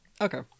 okay